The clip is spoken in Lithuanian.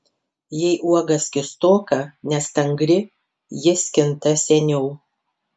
jei uoga skystoka nestangri ji skinta seniau